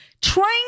trying